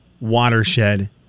Watershed